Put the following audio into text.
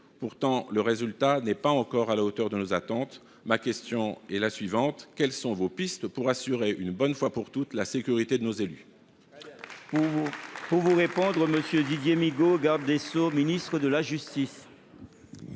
Pourtant, le résultat n’est pas encore à la hauteur de nos attentes. Ma question est la suivante : quelles sont vos pistes pour assurer, une bonne fois pour toutes, la sécurité de nos élus ?